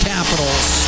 Capitals